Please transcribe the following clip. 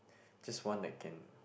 just want like and